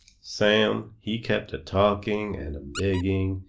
sam, he kept a-talking and a-begging,